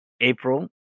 April